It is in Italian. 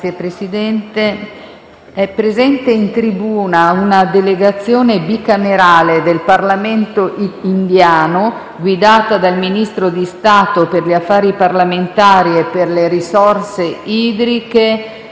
finestra"). È presente in tribuna una delegazione bicamerale del Parlamento indiano, guidata dal ministro di Stato per gli affari parlamentari e per le risorse idriche,